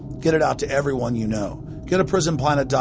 get it out to everyone you know. get a prisonplanet.